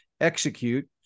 execute